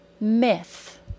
myth